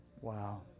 Wow